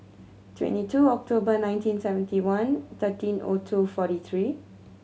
twenty two October nineteen seventy one thirteen O two forty three